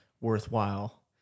worthwhile